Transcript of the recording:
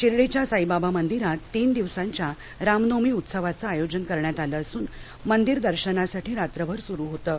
शिर्डीच्या साईबाबा मंदिरात तीन दिवसांच्या रामनवमी उत्सवाचं आयोजन करण्यात आलं असून मंदिर दर्शनासाठी रात्रभर सुरु होतं